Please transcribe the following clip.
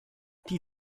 die